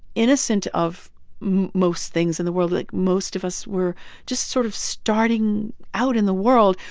innocent of most things in the world. like, most of us were just sort of starting out in the world.